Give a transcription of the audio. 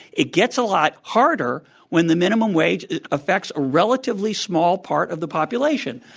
it gets a lot harder when the minimum wage affects a relatively small part of the population.